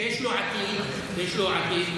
שיש לו עתיד כמנהיג.